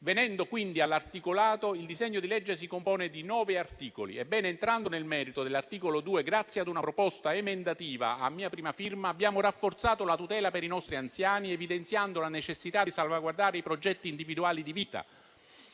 Venendo all'articolato, il disegno di legge si compone di 9 articoli. Ebbene, entrando nel merito dell'articolo 2, grazie ad una proposta emendativa a mia prima firma, abbiamo rafforzato la tutela per i nostri anziani, evidenziando la necessità di salvaguardare i progetti individuali di vita.